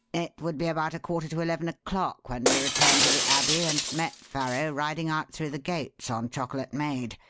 it would be about a quarter to eleven o'clock when we returned to the abbey and met farrow riding out through the gates on chocolate maid.